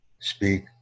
speak